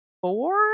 four